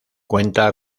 cuenta